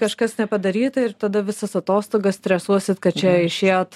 kažkas nepadaryta ir tada visas atostogas stresuosit kad čia išėjot